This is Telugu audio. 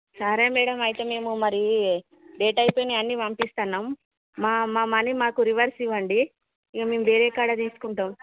సరే మ్యాడం అయితే మేము మరి డేట్ అయిపోయినవి అన్నీ పంపిస్తున్నాం మా మా మనీ మాకు రివర్స్ ఇవ్వండి ఇక మేము వేరే కాడ తీసుకుంటాం